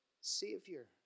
Savior